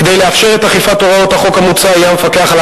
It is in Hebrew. כדי לאפשר את אכיפת הוראות החוק המוצע יהיה המפקח על